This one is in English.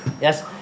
Yes